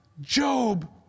Job